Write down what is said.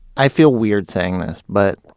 i feel weird saying this, but